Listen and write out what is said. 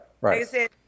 right